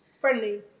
Friendly